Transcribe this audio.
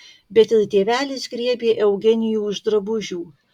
bet ir tėvelis griebė eugenijų už drabužių